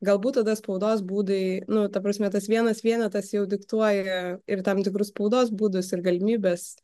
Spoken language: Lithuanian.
galbūt tada spaudos būdai nu ta prasme tas vienas vienetas jau diktuoja ir tam tikrus spaudos būdus ir galimybes